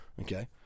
okay